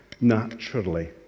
naturally